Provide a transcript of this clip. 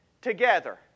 together